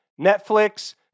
Netflix